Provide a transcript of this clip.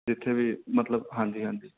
ਜਿੱਥੇ ਵੀ ਮਤਲਬ ਹਾਂਜੀ ਹਾਂਜੀ